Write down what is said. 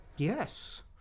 Yes